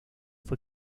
fue